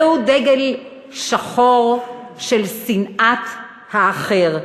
זהו דגל שחור של שנאת האחר,